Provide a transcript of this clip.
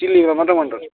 चिल्लीमा मात्रै मन पर्छ